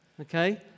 Okay